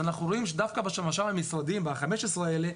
אנחנו רואים שדווקא ב-15 המשרדים האלה,